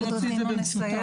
נוציא את זה במשותף.